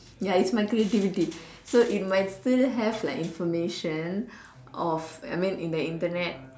ya it's my creativity so it might still have like information of I mean in the Internet